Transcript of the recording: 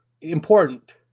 important